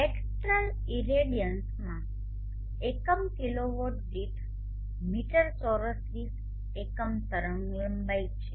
spectral ઇરેડિયન્સમાં એકમ kilowatt દીઠ મીટર ચોરસ દીઠ એકમ તરંગલંબાઇ છે